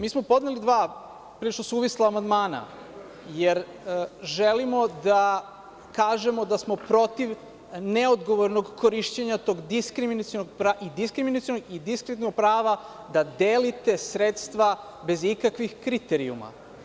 Mi smo podneli, dva prilično suvisla amandmana, jer želimo da kažemo da smo protiv neodgovornog korišćenja tog diskriminacionog i diskreditovanog prava da delite sredstva bez ikakvih kriterijuma.